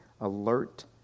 alert